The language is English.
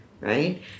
right